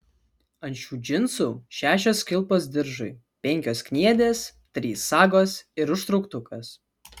ant šių džinsų šešios kilpos diržui penkios kniedės trys sagos ir užtrauktukas